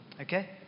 Okay